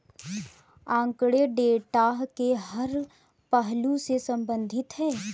आंकड़े डेटा के हर पहलू से संबंधित है